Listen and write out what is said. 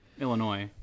illinois